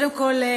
קודם כול,